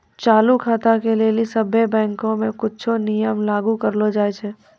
चालू खाता के लेली सभ्भे बैंको मे कुछो नियम लागू करलो जाय छै